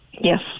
Yes